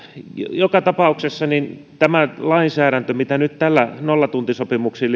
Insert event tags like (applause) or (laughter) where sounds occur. joka tapauksessa tämä lainsäädäntö mitä nyt nollatuntisopimuksiin (unintelligible)